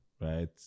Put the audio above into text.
right